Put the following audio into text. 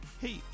Hey